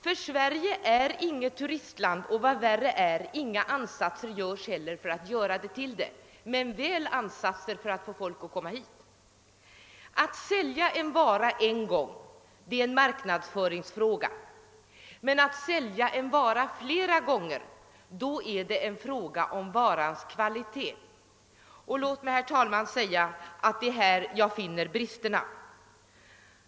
Ty Sverige är inget turistland och, vad värre är, inga ansatser görs heller för att göra det till ett sådant land — men väl ansatser för att få folk att komma hit, Att sälja en vara en gång är en marknadsföringsfråga, men att sälja en vara flera gånger, det är en fråga om kvalia tet. Det är här, herr talman, jag finner bristerna.